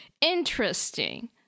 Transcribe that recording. interesting